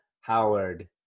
Howard